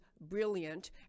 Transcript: brilliant